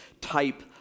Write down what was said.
type